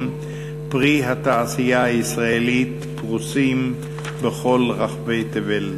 פרי התעשייה הישראלית פרוסים בכל רחבי תבל.